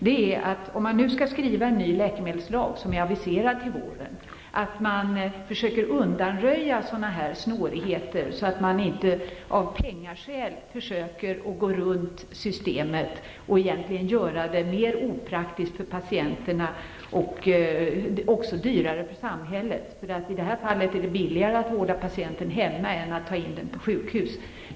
Jag är ute efter att man, om vi nu får en ny läkemedelslag som ju är aviserad till våren, försöker undanröja sådana här snårigheter så att ingen av penningskäl försöker gå runt systemet och egentligen gör det mera opraktiskt för patienten och också dyrare för samhället. I det här fallet är det billigare att vårda patienten hemma än att ta in patienten på sjukhus.